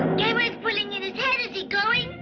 gamera's pulling in his going